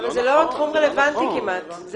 אבל זה לא התחום הרלוונטי כמעט.